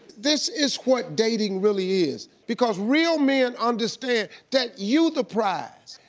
this is what dating really is. because real men understand that you the prize.